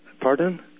Pardon